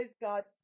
God's